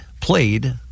played